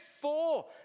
four